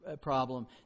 problem